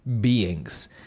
beings